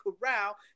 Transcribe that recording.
corral